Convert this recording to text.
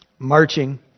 Marching